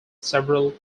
several